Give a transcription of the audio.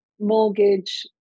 mortgage